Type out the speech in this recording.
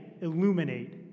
illuminate